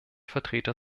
vertreter